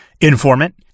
informant